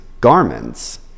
garments